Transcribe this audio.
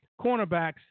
cornerbacks